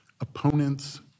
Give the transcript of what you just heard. opponents